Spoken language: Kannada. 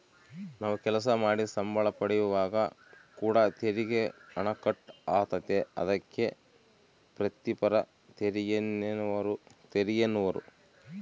ನಾವು ಕೆಲಸ ಮಾಡಿ ಸಂಬಳ ಪಡೆಯುವಾಗ ಕೂಡ ತೆರಿಗೆ ಹಣ ಕಟ್ ಆತತೆ, ಅದಕ್ಕೆ ವ್ರಿತ್ತಿಪರ ತೆರಿಗೆಯೆನ್ನುವರು